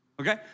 okay